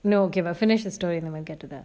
no never but finish the story and we'll get to that